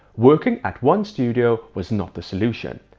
working at one studio was not the solution.